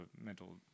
mental